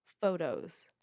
photos